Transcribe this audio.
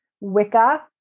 Wicca